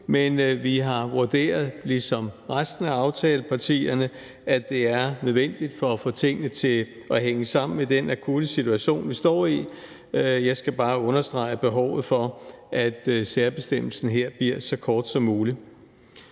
men vi har vurderet ligesom resten af aftalepartierne, at det er nødvendigt for at få tingene til at hænge sammen i den akutte situation, vi står i, men jeg skal bare understrege behovet for, at særbestemmelsen her bliver så kort som muligt.